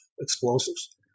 explosives